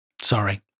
Sorry